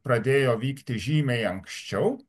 pradėjo vykti žymiai anksčiau